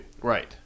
Right